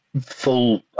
full